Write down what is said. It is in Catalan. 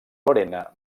lorena